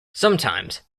sometimes